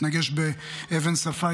התנגש באבן שפה,